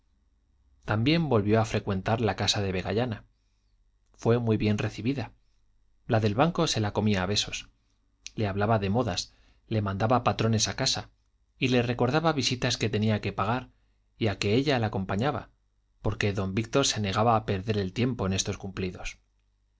también volvió a frecuentar la casa de vegallana fue muy bien recibida la del banco se la comía a besos le hablaba de modas le mandaba patrones a casa y le recordaba visitas que tenía que pagar y a que ella la acompañaba porque don víctor se negaba a perder el tiempo en estos cumplidos